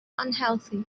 unhealthy